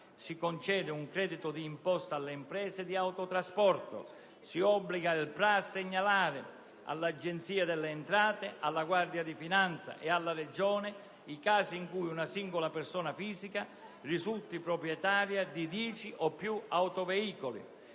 si concede un credito di imposta alle imprese di autotrasporto; si obbliga il PRA a segnalare all'Agenzia delle entrate, alla Guardia di finanza e alla Regione i casi in cui una singola persona fisica risulti proprietaria di dieci o più veicoli;